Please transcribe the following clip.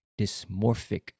dysmorphic